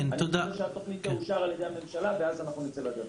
אני מקווה שהתוכנית תאושר על ידי הממשלה ואז נצא לדרך.